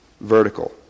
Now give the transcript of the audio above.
vertical